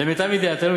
למיטב ידיעתנו,